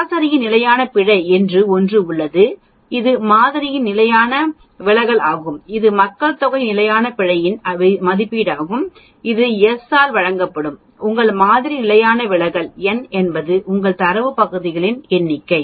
சராசரியின் நிலையான பிழை என்று ஒன்று உள்ளது இது மாதிரியின் நிலையான விலகல் ஆகும் இது மக்கள்தொகை நிலையான பிழையின் மதிப்பீடாகும் இது s ஆல் வழங்கப்படும் உங்கள் மாதிரி நிலையான விலகல் n என்பது உங்கள் தரவு புள்ளிகளின் எண்ணிக்கை